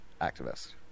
activist